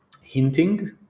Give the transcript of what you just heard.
hinting